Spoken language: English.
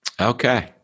Okay